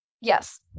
Yes